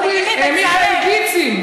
מיכאל גיצין,